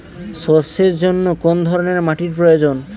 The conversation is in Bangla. সরষের জন্য কোন ধরনের মাটির প্রয়োজন?